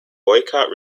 boycott